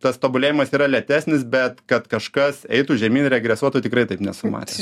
tas tobulėjimas yra lėtesnis bet kad kažkas eitų žemyn regresuotų tikrai taip nesu matęs